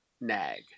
nag